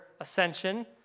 ascension